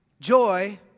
Joy